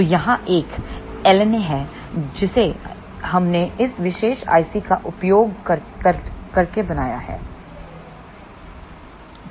तो यहाँ एक LNA है जिसे हमने इस विशेष IC का उपयोग करके बनाया है